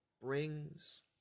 brings